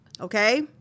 Okay